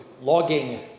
logging